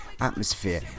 atmosphere